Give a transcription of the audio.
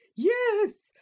yes,